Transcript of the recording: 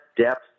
depth